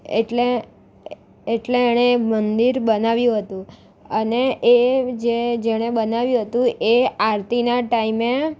એટલે એટલે એણે એ મંદિર બનાવ્યું હતું અને એ જે જેણે બનાવ્યું હતું એ આરતીના ટાઈમે